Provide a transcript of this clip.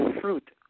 fruit